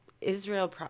Israel